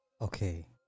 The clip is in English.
Okay